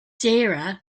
sarah